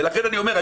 ולכן אני אומר,